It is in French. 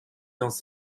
dans